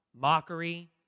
mockery